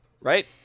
right